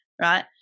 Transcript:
right